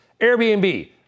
Airbnb